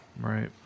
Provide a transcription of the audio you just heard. Right